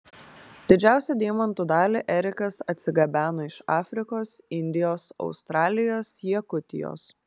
didžiausią deimantų dalį erikas atsigabeno iš afrikos indijos australijos jakutijos